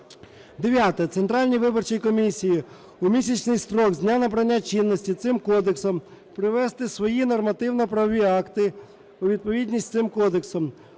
Дев'яте. Центральній виборчій комісії: у місячний строк з дня набрання чинності цим Кодексом привести свої нормативно-правові акти у відповідність з цим Кодексом;